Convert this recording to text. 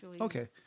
Okay